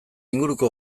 inguruko